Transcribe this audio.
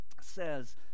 says